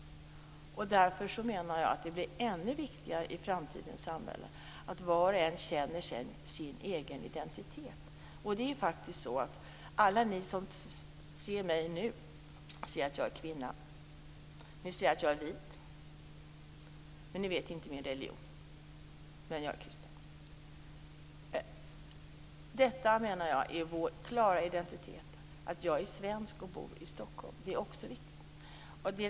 Därför blir det i framtidens samhälle ännu viktigare att var och en känner sin egen identitet. Alla ni som ser mig nu ser att jag är kvinna, ni ser att jag är vit, men ni vet inte min religion - jag är kristen. Detta är vår klara identitet. Att jag är svensk och bor i Stockholm är också viktigt.